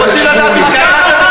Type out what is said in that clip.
חבר הכנסת שמולי,